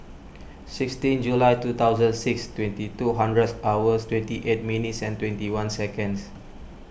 sixteen July two thousand six twenty two hundreds hours twenty eight minutes and twenty one seconds